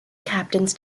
captains